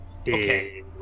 Okay